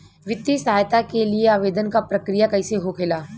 वित्तीय सहायता के लिए आवेदन क प्रक्रिया कैसे होखेला?